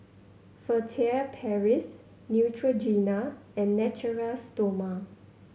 Furtere Paris Neutrogena and Natura Stoma